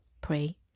Pray